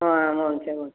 ஆ ஓகேங்க ஓகேங்க